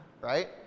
right